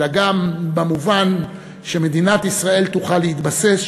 אלא גם במובן שמדינת ישראל תוכל להתבסס,